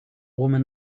woman